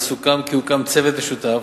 וסוכם כי יוקם צוות משותף